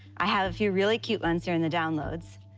i have a few really cute ones here in the downloads.